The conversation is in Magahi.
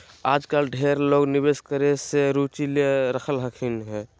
आजकल ढेर लोग निवेश करे मे रुचि ले रहलखिन हें